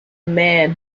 man